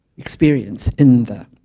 experience in the